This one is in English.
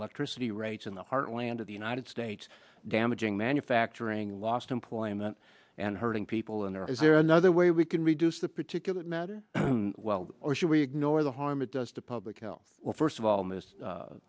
electricity rates in the heartland of the united states damaging manufacturing lost employment and hurting people in there or is there another way we can reduce the particulate matter well or should we ignore the harm it does to public health well first of